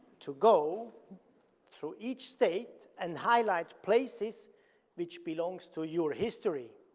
to go through each state and highlight places which belongs to your history,